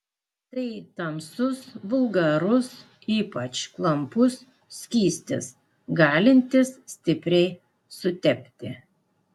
tai tamsus vulgarus ypač klampus skystis galintis stipriai sutepti